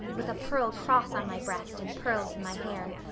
with a pearl cross on my breast and pearls in my hair.